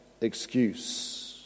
excuse